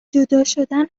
جداشدن